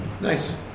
Nice